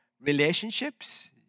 relationships